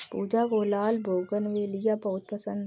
पूजा को लाल बोगनवेलिया बहुत पसंद है